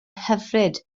hyfryd